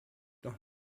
noch